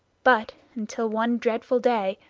but, until one dreadful day,